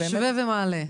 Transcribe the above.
משווה ומעלה.